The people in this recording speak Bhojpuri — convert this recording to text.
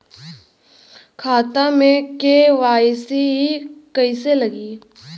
खाता में के.वाइ.सी कइसे लगी?